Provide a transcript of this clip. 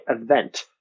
event